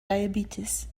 diabetes